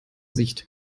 sicht